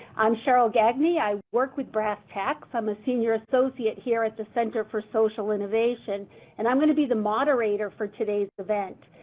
i'm cheryl gagne. i work with brss tacs. i'm a senior associate here at the center for social innovation and i'm going to be the moderator for today's event.